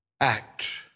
act